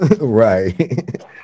Right